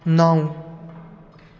नौ